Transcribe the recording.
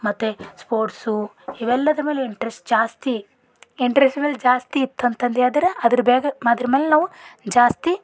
ಮತ್ತು ಸ್ಪೋರ್ಟ್ಸು ಇವೆಲ್ಲದರ ಮೇಲೆ ಇಂಟ್ರೆಸ್ಟ್ ಜಾಸ್ತಿ ಇಂಟ್ರೆಸ್ಟ್ ಮೇಲೆ ಜಾಸ್ತಿ ಇತ್ತಂತಂದು ಹೇಳದ್ರೆ ಅದರ ಬೇಗ ಅದ್ರ ಮೇಲೆ ನಾವು ಜಾಸ್ತಿ